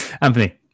Anthony